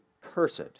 cursed